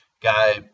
Guy